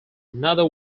another